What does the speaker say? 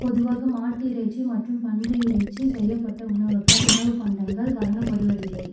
பொதுவாக மாட்டு இறைச்சி மற்றும் பன்றி இறைச்சி செய்யப்பட்ட உணவுக உணவுப் பண்டங்கள் வழங்கப்படுவதில்லை